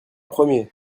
premier